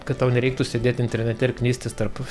kad tau nereiktų sėdėti internete ir knistis tarp